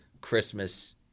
Christmas